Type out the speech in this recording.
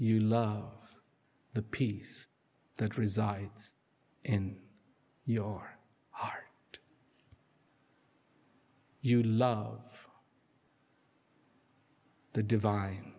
you love the peace that resides in your heart you love the divine